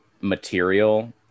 material